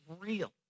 real